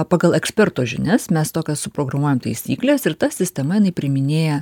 pagal eksperto žinias mes tokias suprogramuojam taisykles ir ta sistema jinai priiminėja